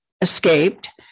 escaped